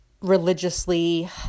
religiously